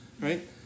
right